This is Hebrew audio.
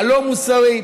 הלא-מוסרית,